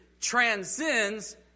transcends